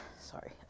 sorry